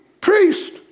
priest